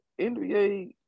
NBA